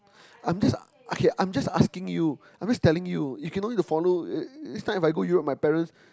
I'm just okay I'm just asking you I'm just telling you you can no need to follow next time if I go Europe with my parents